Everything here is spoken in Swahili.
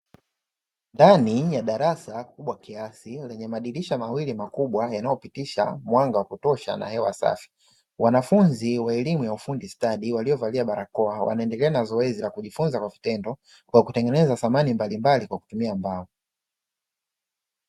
Ndani ya darasa kubwa kiasi lenye madirisha mawili makubwa yanayopitisha mwanga wa kutosha na hewa safi. Wanafunzi wa elimu ya ufundi stadi waliovalia barakoa wanaendelea na zoezi la kujifunza kwa vitendo, kwa kutengeneza samani mbalimbali kwa kutumia mbao.